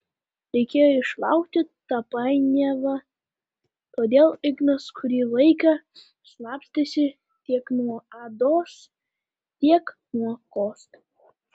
reikėjo išlaukti tą painiavą todėl ignas kurį laiką slapstėsi tiek nuo ados tiek nuo kosto